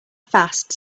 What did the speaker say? fast